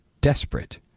desperate